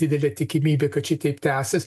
didelė tikimybė kad šitaip tęsis